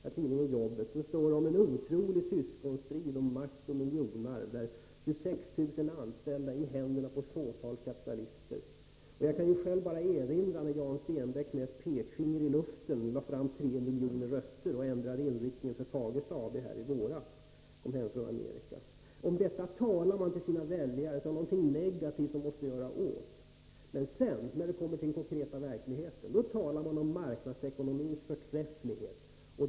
I tidningen Jobbet t.ex. står det om en otrolig syskonstrid, om makt och miljonarv och om 26 000 anställda i händerna på ett fåtal kapitalister. Jag kan själv bara erinra om när Jan Stenbeck i våras kom hem från Amerika och — med ett pekfinger i luften — lade fram 3 miljoner röster och därmed ändrade inriktningen för Fagersta. Till sina väljare talar socialdemokraterna om detta som någonting negativt som man måste göra något åt. Men sedan, när det kommer till den konkreta verkligheten, talar de om marknadsekonomins förträfflighet.